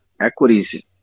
equities